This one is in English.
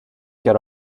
get